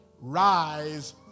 rise